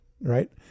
right